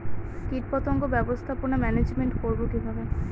কীটপতঙ্গ ব্যবস্থাপনা ম্যানেজমেন্ট করব কিভাবে?